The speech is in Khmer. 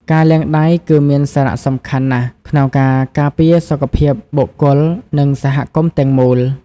ការលាងដៃ គឺមានសារៈសំខាន់ណាស់ក្នុងការការពារសុខភាពបុគ្គល និងសហគមន៍ទាំងមូល។